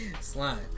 Slime